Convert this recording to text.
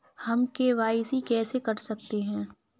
हम के.वाई.सी कैसे कर सकते हैं?